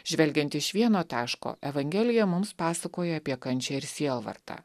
žvelgiant iš vieno taško evangelija mums pasakoja apie kančią ir sielvartą